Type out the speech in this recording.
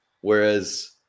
Whereas